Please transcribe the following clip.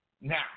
Now